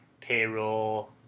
payroll